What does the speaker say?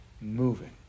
moving